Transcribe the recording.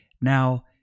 Now